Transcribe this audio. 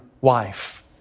wife